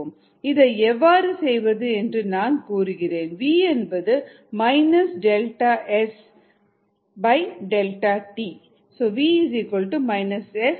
இதை எவ்வாறு செய்வது என்று நான் கூறுகிறேன் வி என்பது minus delta S delta S S delta T delta tt